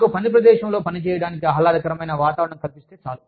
నాకు పని ప్రదేశంలో పనిచేయడానికి ఆహ్లాదకరమైన వాతావరణం కల్పిస్తే చాలు